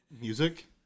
music